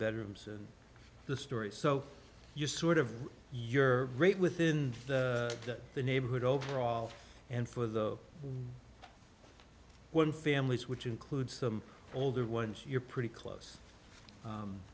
bedrooms and the story so you sort of your rate within the neighborhood overall and for the one families which includes some older ones you're pretty close